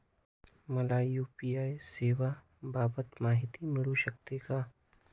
मला यू.पी.आय सेवांबाबत माहिती मिळू शकते का?